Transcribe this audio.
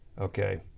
Okay